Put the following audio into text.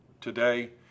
today